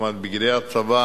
את בגדי הצבא,